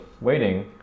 waiting